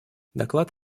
доклад